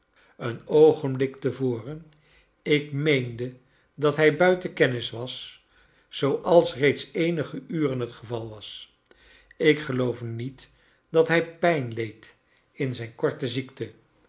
een oogenblik te voren ik meende dat hij buiten kennis was zooals reeds eenige uren bet geval was ik geloof niet dat hij pijn leed in zijn korte ziekte